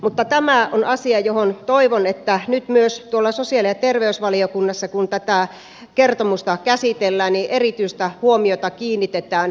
mutta tämä on asia johon toivon että nyt myös tuolla sosiaali ja terveysvaliokunnassa kun tätä kertomusta käsitellään erityistä huomiota kiinnitetään